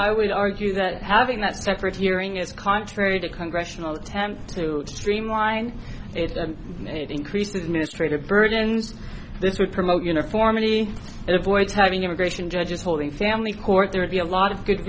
i would argue that having that separate hearing is contrary to congressional attempts to streamline it and it increases mistreated burdens this would promote uniformity and avoids having immigration judges holding family court there would be a lot of good